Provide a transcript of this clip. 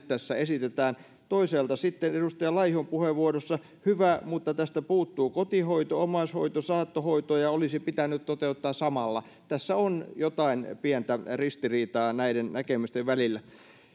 tässä esitetään toisaalta sitten edustaja laihon puheenvuorossa hyvä mutta tästä puuttuvat kotihoito omaishoito saattohoito ja ne olisi pitänyt toteuttaa samalla tässä on jotain pientä ristiriitaa näiden näkemysten välillä